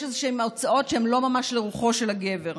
איזשהן הוצאות שהן לא ממש לרוחו של הגבר.